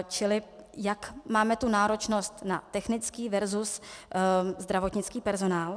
Čili jak máme tu náročnost na technický versus zdravotnický personál.